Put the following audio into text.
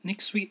next week